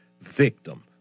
victim